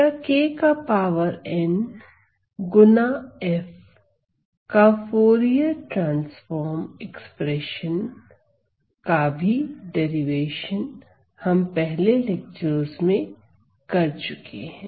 ik का power n गुना f का फूरिये ट्रांसफॉर्म एक्सप्रेशन का भी डेरीवेशन हम पहले लेक्चरस में कर चुके है